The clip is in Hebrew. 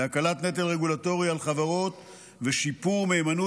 להקלת נטל רגולטורי על חברות ולשיפור המהימנות